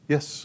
Yes